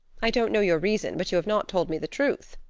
i don't know your reason, but you have not told me the truth.